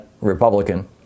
Republican